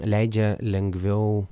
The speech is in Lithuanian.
leidžia lengviau